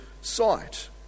sight